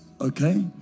Okay